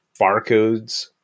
barcodes